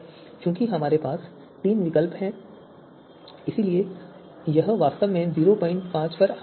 चूंकि हमारे पास तीन विकल्प हैं इसलिए यह वास्तव में 05 पर आ जाएगा